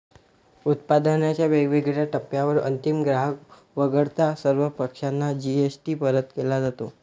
उत्पादनाच्या वेगवेगळ्या टप्प्यांवर अंतिम ग्राहक वगळता सर्व पक्षांना जी.एस.टी परत केला जातो